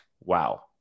wow